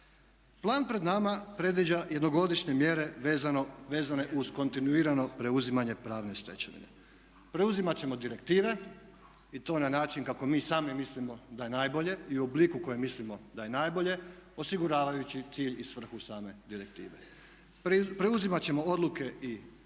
Plan pred nama predviđa jednogodišnje mjere vezane uz kontinuirano preuzimanje pravne stečevine. Preuzimat ćemo direktive i to na način kako mi sami mislimo da je najbolje i u obliku u kojem mislimo da je najbolje osiguravajući cilj i svrhu same direktive. Preuzimat ćemo odluke i uredbe